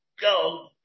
go